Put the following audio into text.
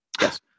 Yes